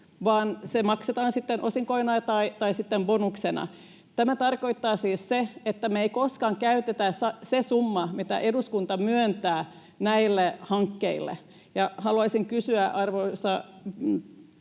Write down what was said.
vaan se maksetaan osinkoina tai bonuksena. Tämä tarkoittaa siis sitä, että me emme koskaan käytä sitä summaa, minkä eduskunta myöntää näille hankkeille. Haluaisin kysyä, arvoisa